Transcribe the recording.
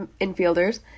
infielders